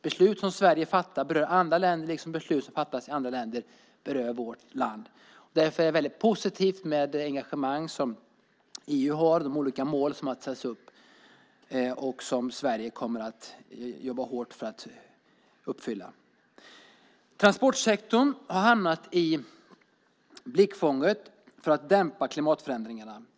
Beslut som Sverige fattar berör andra länder, liksom beslut som fattas i andra länder berör vårt land. Därför är det väldigt positivt med det engagemang som EU har, de olika mål som har satts upp och som Sverige kommer att jobba hårt för att uppfylla. Transportsektorn har hamnat i blickfånget för att dämpa klimatförändringarna.